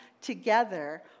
together